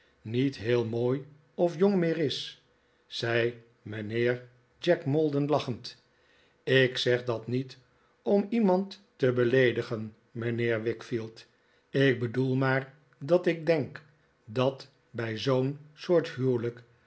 niet heel mooi of jong meer is zei mijnheer jack maldon lachend ik zeg dat niet om iemand te beleedigen mijnheer wickfield ik bedoel maar dat ik denk dat bij zoo'n soort huwelijk